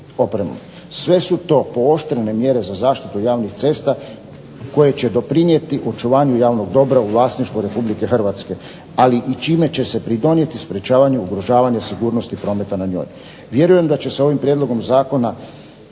Sve su to pooštrene mjere za zaštitu javnih cesta koje će doprinijeti očuvanju javnog dobra u vlasništvu Republike Hrvatske, ali i čime će se pridonijeti sprečavanju ugrožavanja sigurnosti prometa na njoj. Vjerujem da će se ovim prijedlogom zakona